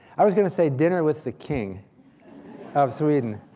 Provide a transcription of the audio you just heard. i was going to say dinner with the king of sweden,